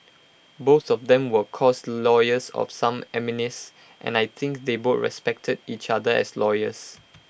both of them were of course lawyers of some eminence and I think they both respected each other as lawyers